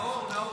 נאור.